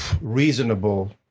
reasonable